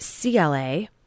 CLA